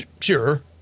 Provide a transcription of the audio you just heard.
sure